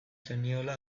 zeniola